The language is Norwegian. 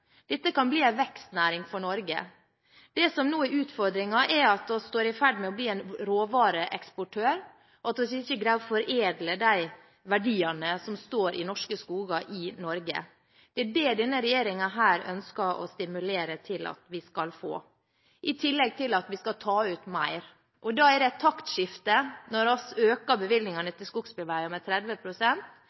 Dette kan bli en vekstnæring for Norge. Det som nå er utfordringen, er at vi er i ferd med å bli en råvareeksportør, og at vi ikke greier å foredle de verdiene som står i de norske skoger. Det er det denne regjeringen ønsker å stimulere til at vi skal få til, i tillegg til at vi skal ta ut mer. Da er det et taktskifte når vi øker bevilgningene til skogsbilveier med